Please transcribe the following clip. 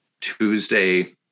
Tuesday